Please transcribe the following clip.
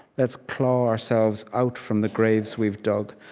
let's claw ourselves out from the graves we've dug.